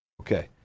Okay